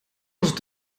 was